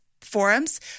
forums